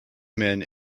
men